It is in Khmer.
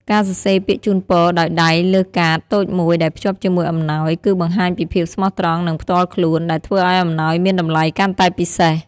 ការសរសេរពាក្យជូនពរដោយដៃលើកាតតូចមួយដែលភ្ជាប់ជាមួយអំណោយ គឺបង្ហាញពីភាពស្មោះត្រង់ និងផ្ទាល់ខ្លួន ដែលធ្វើឲ្យអំណោយមានតម្លៃកាន់តែពិសេស។